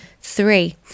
Three